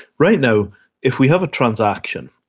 right now if we have a transaction,